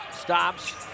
stops